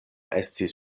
estis